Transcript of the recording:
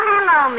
Hello